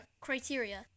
Criteria